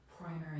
primary